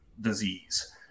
disease